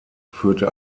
führte